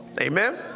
Amen